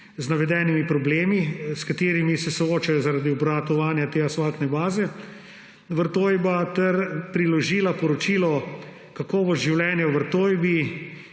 z navedenimi problemi, s katerimi se soočajo zaradi obratovanja te asfaltne baze Vrtojba, ter priložila poročilo Kakovost življenja v Vrtojbi,